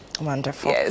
Wonderful